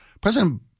President